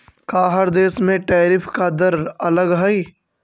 का हर देश में टैरिफ का दर अलग हई